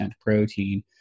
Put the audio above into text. protein